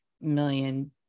million